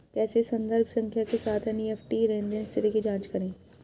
कैसे संदर्भ संख्या के साथ एन.ई.एफ.टी लेनदेन स्थिति की जांच करें?